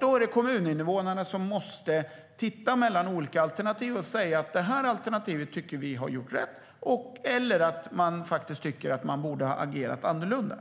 Då är det kommuninvånarna som måste se på olika alternativ och säga att ett alternativ antingen har gjort rätt eller borde ha agerat annorlunda.